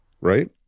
right